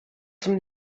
zum